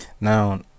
Now